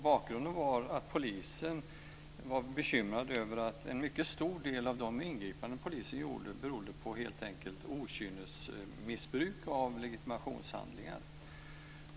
Bakgrunden var att polisen var bekymrad över att en mycket stor del av de ingripanden man gjorde helt enkelt berodde på okynnesmissbruk av legitimationshandlingar.